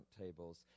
tables